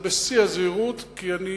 אני אגיד את זה בשיא הזהירות,